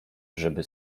żeby